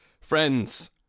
Friends